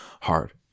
hard